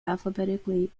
alphabetically